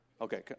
Okay